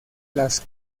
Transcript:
las